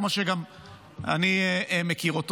כמו שגם אני מכיר אותו.